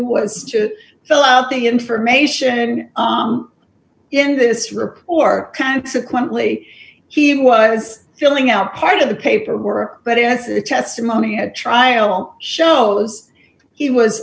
was to fill out the information in this report consequently he was filling out part of the paperwork but as the testimony at trial shows he was